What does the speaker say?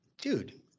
Dude